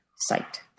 site